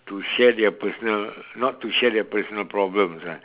to share their personal not to share their personal problems ah